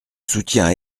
soutiens